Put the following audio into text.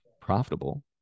profitable